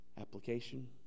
Application